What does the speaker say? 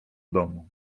domu